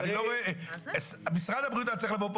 אני לא רואה, משרד הבריאות היה צריך לבוא פה